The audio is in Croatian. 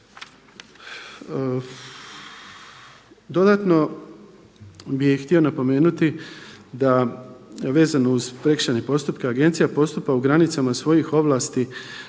Dodatno bih htio napomenuti da vezano uz prekršajne postupke agencija postupa u granicama svojih ovlasti.